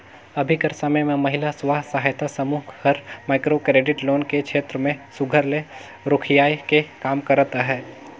अभीं कर समे में महिला स्व सहायता समूह हर माइक्रो क्रेडिट लोन के छेत्र में सुग्घर ले रोखियाए के काम करत अहे